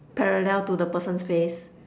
parallel to the person's face